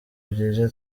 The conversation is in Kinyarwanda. byiza